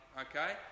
Okay